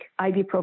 ibuprofen